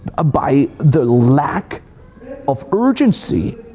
ah by the lack of urgency.